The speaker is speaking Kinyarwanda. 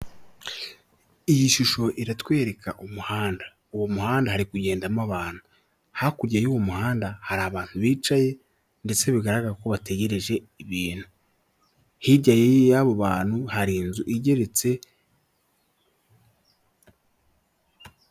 Iyi shusho iratwereka umuhanda uwo muhanda hari kugendamo abantu hakurya y'u muhanda hari abantu bicaye ndetse bigaragara ko bategereje ibintu hirya y'abo bantu hari inzu igeretse.